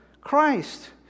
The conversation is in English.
Christ